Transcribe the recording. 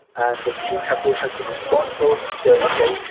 and the team has has been responsible to say, okay,